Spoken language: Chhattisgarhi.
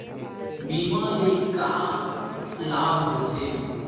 बीमा ले का लाभ होथे?